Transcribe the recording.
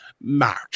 March